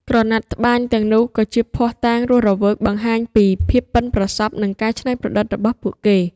ក្រណាត់ត្បាញទាំងនោះក៏ជាភស្តុតាងរស់រវើកបង្ហាញពីភាពប៉ិនប្រសប់និងការច្នៃប្រឌិតរបស់ពួកគេ។